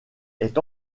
est